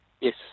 Yes